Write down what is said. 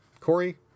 Corey